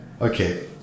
Okay